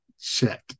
check